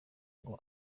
ngo